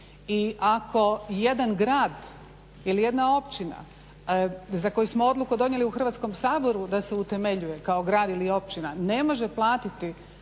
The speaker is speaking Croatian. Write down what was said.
i ako jedan grad ili jedna općina za koju smo odluku donijeli u Hrvatskom saboru da se utemeljuje kao grad ili općina ne može platiti